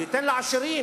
הוא ייתן לעשירים.